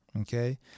okay